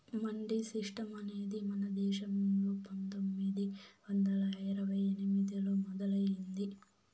mandi system అనేది మన దేశంలో పందొమ్మిది వందల ఇరవై ఎనిమిదిలో మొదలయ్యింది